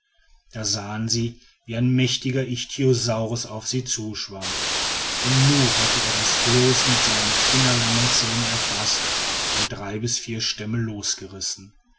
da sahen sie wie ein mächtiger ichthyosaurus auf sie zuschwamm im nu hatte er das floß mit seinen fingerlangen zähnen erfaßt und drei bis vier stämme losgerissen